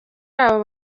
abo